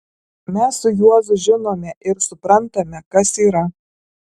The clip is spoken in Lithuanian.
mes su juozu žinome ir suprantame kas yra